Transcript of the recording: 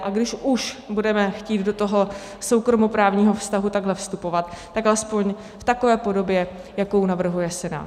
A když už budeme chtít do toho soukromoprávního vztahu takhle vstupovat, tak alespoň v takové podobě, jakou navrhuje Senát.